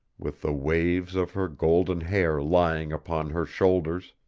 with the waves of her golden hair lying upon her shoulders,